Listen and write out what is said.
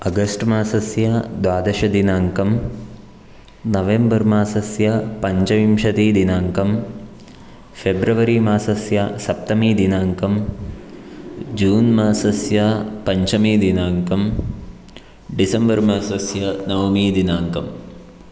August मासस्य द्वादश दिनाङ्कः नवेम्बर् मासस्य पञ्चविंशति दिनाङ्कः फ़ेब्रवरि मासस्य सप्तमः दिनाङ्कः जून् मासस्य पञ्चमः दिनाङ्कः डिसेम्बर् मासस्य नवमः दिनाङ्कः